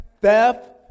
theft